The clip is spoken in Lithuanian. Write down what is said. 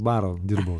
baro dirbau